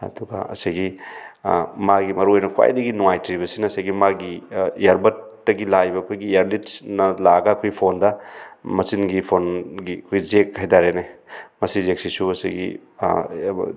ꯑꯗꯨꯒ ꯑꯁꯤꯒꯤ ꯃꯥꯒꯤ ꯃꯔꯨ ꯑꯣꯏꯅ ꯈ꯭ꯋꯥꯏꯗꯒꯤ ꯅꯨꯡꯉꯥꯏꯇ꯭ꯔꯤꯕꯁꯤꯅ ꯁꯤꯒꯤ ꯃꯥꯒꯤ ꯏꯌꯥꯔꯕꯗꯇꯒꯤ ꯂꯥꯛꯏꯕ ꯑꯩꯈꯣꯏꯒꯤ ꯏꯌꯥꯔꯂꯤꯠꯁꯅ ꯂꯥꯛꯑꯒ ꯑꯩꯈꯣꯏꯒꯤ ꯐꯣꯟꯗ ꯃꯆꯤꯟꯒꯤ ꯐꯣꯟꯒꯤ ꯑꯩꯈꯣꯏ ꯖꯦꯛ ꯍꯥꯏꯇꯥꯔꯦꯅꯦ ꯃꯁꯤ ꯖꯦꯛꯁꯤꯁꯨ ꯑꯁꯤꯒꯤ